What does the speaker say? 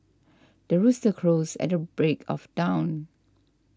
the rooster crows at the break of dawn